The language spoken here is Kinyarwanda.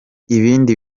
ibindi